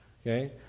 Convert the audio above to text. Okay